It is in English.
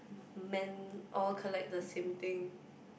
m~ men all collect the same thing